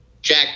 Jack